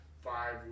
five